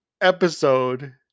episode